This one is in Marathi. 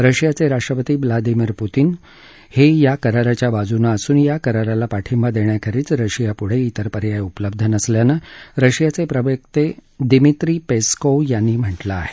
रशियाचे राष्ट्रपती व्लादिमीर पुतीन हे या कराराच्या बाजूनं असून या कराराला पाठिंबा देण्याखेरीज रशियापुढे तिर पर्याय उपलब्ध नसल्यानं रशियाचे प्रवक्ते दिमित्री पेसकोव्ह यांनी म्हटलं आहे